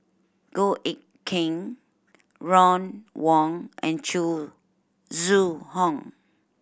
Goh Eck Kheng Ron Wong and Zhu Zhu Hong